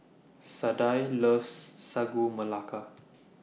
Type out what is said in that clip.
Sadye loves Sagu Melaka